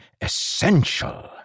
essential